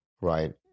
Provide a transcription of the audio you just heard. right